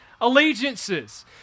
allegiances